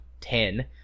ten